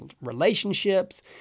relationships